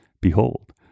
Behold